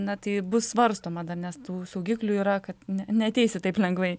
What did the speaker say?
na tai bus svarstoma dar nes tų saugiklių yra kad neateisi taip lengvai